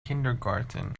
kindergarten